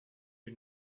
you